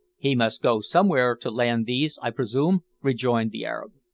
he must go somewhere to land these, i presume? rejoined the arab.